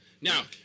Now